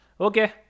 Okay